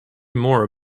more